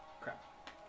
crap